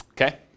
Okay